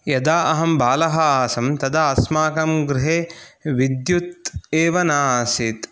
यदा अहं बालः आसम् तदा अस्माकं गृहे विद्युत् एव न आसीत्